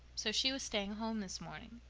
so she was staying home this morning.